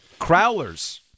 Crowlers